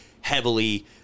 heavily